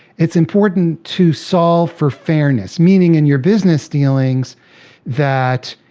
it's important to solve for fairness. meaning, in your business dealings that